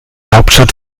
hauptstadt